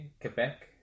Quebec